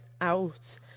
out